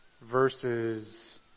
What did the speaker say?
versus